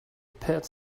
pat